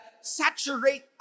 saturate